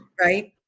right